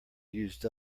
used